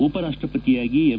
ಉಪರಾಷ್ಟಪತಿಯಾಗಿ M